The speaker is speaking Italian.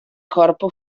corpo